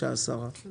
אגיד לה משהו.